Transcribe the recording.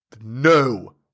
no